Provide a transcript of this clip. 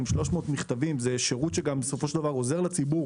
בסוף אלה הלקוחות שלו.